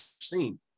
seen